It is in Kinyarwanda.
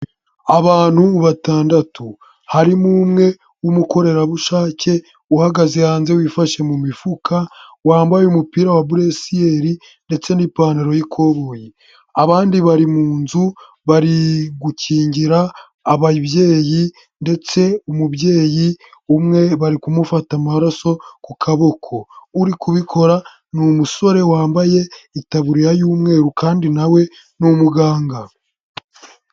Abantu batandatu harimo umwe w'umukorerabushake uhagaze hanze wifashe mu mifuka wambaye umupira wa buresiyeri ndetse n'ipantaro y'ikoboyi. Abandi bari mu nzu bari gukingira ababyeyi, ndetse umubyeyi umwe bari kumufata amaraso ku kaboko, uri kubikora ni umusore wambaye itaburiya y'umweru kandi nawe ni umuganga.